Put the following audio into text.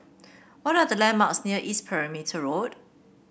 what are the landmarks near East Perimeter Road